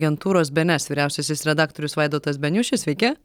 agentūros bėenes vyriausiasis redaktorius vaidotas beniušis sveiki